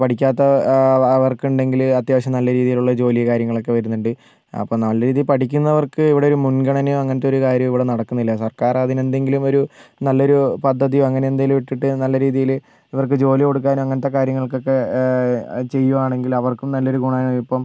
പഠിക്കാത്ത അവർക്കുണ്ടെങ്കിൽ അത്യാവശ്യം നല്ല രീതിയിലുള്ള ജോലി കാര്യങ്ങളൊക്കെ വരുന്നുണ്ട് അപ്പോൾ നല്ല രീതിയിൽ പഠിക്കുന്നവർക്ക് ഇവിടൊരു മുൻഗണനയോ അങ്ങനത്തെ ഒരു കാര്യവും ഇവിടെ നടക്കുന്നില്ല സർക്കാർ അതിനെന്തെങ്കിലും ഒരു നല്ലൊരു പദ്ധതിയോ അങ്ങനെ എന്തെങ്കിലും ഇട്ടിട്ട് ഇവർക്ക് ജോലി കൊടുക്കാൻ അങ്ങനത്തെ കാര്യങ്ങൾക്കൊക്കെ ചെയ്യുവാണെങ്കിൽ അവർക്കും നല്ലൊരു ഗുണമായിരിക്കും ഇപ്പം